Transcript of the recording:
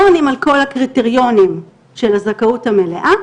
עונים על כל הקריטריונים של הזכאות המלאה,